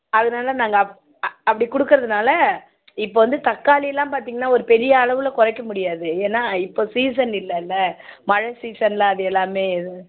அதனால் நாங்கள் அப் அப் அப்படி கொடுக்குறதுனால இப்போ வந்து தக்காளிலாம் பார்த்திங்கனா ஒரு பெரிய அளவில் குறைக்க முடியாது ஏன்னா இப்போ சீசன் இல்லைல்ல மழை சீசனில் அது எல்லாமே இது